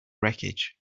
wreckage